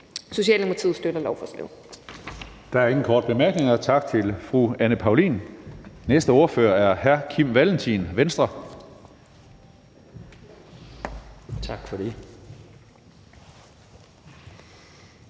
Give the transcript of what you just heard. (Karsten Hønge): Der er ingen korte bemærkninger. Tak til fru Anne Paulin. Næste ordfører er hr. Kim Valentin, Venstre. Kl.